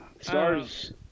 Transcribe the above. Stars